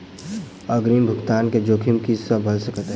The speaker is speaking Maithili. अग्रिम भुगतान केँ जोखिम की सब भऽ सकै हय?